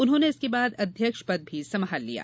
उन्होंने इसके बाद अध्यक्ष पद भी संभाल लिया